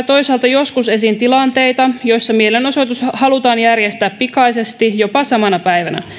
toisaalta joskus esiin tilanteita joissa mielenosoitus halutaan järjestää pikaisesti jopa samana päivänä